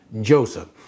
Joseph